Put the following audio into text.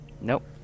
Nope